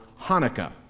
Hanukkah